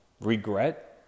Regret